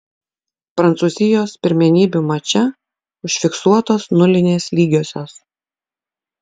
prancūzijos pirmenybių mače užfiksuotos nulinės lygiosios